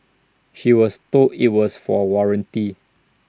she was told IT was for warranty